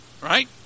Right